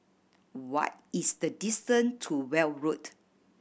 what is the distance to Weld Road